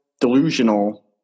delusional